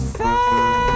say